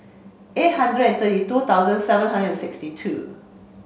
eight hundred and thirty two thousand seven hundred sixty two